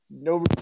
no